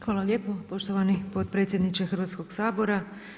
Hvala lijepo poštovani potpredsjedniče Hrvatskog sabora.